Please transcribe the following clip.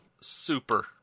super